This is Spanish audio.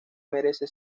merece